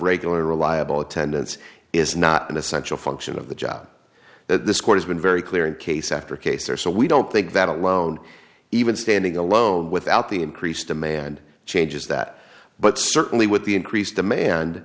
regular reliable attendance is not an essential function of the job this court has been very clear in case after case or so we don't think that alone even standing alone without the increased demand changes that but certainly with the increased demand